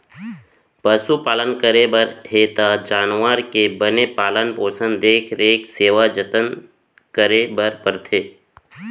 पसु पालन करे बर हे त जानवर के बने पालन पोसन, देख रेख, सेवा जनत करे बर परथे